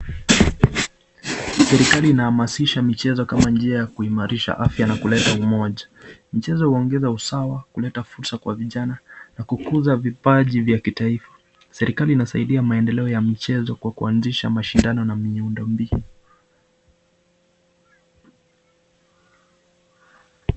Serikali inahamasisha mchezo kama njia ya kuimarisha afya na kuleta umoja. Mchezo huongeza usawa na kuleta fursa kwa vijana na kukuza vipaji vya kitaifa. Serikali inasaidia maendelea ya mchezo kwa kuazisha mashindano na miundo mbi.